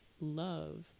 love